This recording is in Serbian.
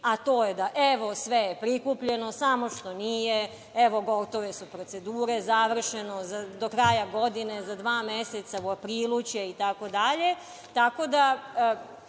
a to je da, evo, sve je prikupljeno, samo što nije, evo gotove su procedure, završeno je, do kraja godine, za dva meseca, u aprilu itd. tako da je